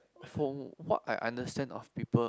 from what I understand of people